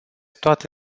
toate